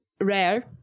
rare